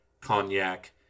Cognac